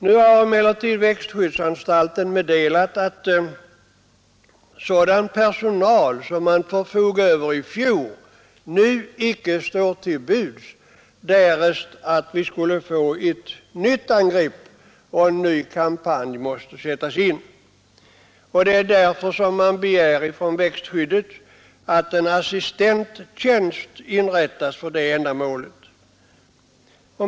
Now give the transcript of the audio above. Nu har emellertid växtskyddsanstalten meddelat att sådan personal som man förfogade över i fjol icke står till buds, därest vi skulle få ett nytt angrepp och en ny kampanj måste sättas in. Det är därför som man från växtskyddsanstaltens sida begär att en assistenttjänst inrättas för det ändamålet.